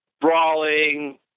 brawling